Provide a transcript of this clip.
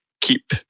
keep